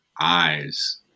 eyes